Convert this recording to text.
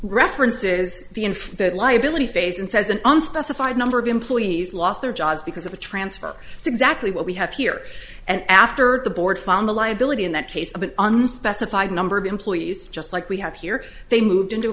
references the unfit liability phase and says an unstuck five number of employees lost their jobs because of a transfer is exactly what we had here and after the board found a liability in that case of an unspecified number of employees just like we have here they moved into